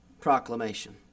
proclamation